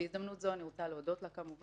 בהזדמנות זו אני רוצה להודות לה כמובן.